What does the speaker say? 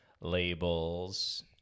labels